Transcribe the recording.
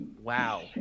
Wow